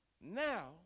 now